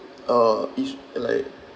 uh is like